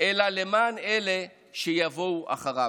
אלא למען אלה שיבואו אחריו.